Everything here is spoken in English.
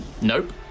Nope